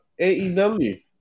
AEW